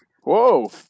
Whoa